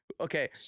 Okay